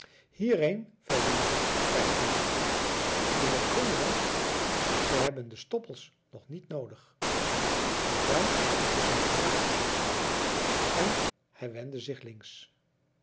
hierheen veldin zei hij vriendelijk je mot klimmen man ze hebben de stoppels nog niet noodig in t duin is nog genoeg te grazen en hij wendde zich links